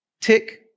Tick